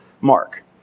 Mark